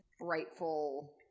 rightful